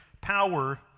power